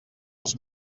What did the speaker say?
els